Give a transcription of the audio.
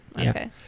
Okay